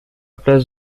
place